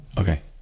Okay